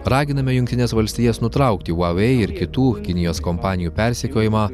raginame jungtines valstijas nutraukti huavei ir kitų kinijos kompanijų persekiojimą